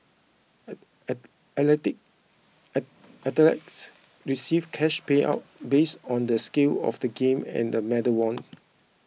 athletes receive cash payouts based on the scale of the game and medal won